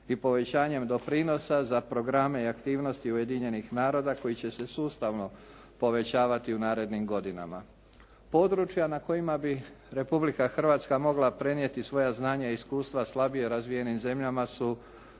i povećanjem doprinosa za programe i aktivnosti Ujedinjenih naroda koji će se sustavno povećavati u narednim godinama. Područja na kojima bi Republika Hrvatska mogla prenijeti svoja znanja i iskustva slabije razvijenim zemljama su